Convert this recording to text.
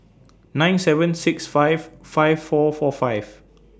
nine seven six five five four four five